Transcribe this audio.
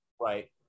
right